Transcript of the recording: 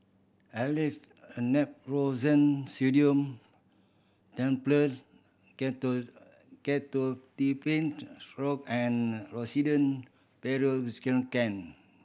Aleve Naproxen Sodium Tablet Ketotifen Syrup and Rosiden Piroxicam